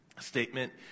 statement